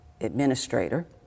Administrator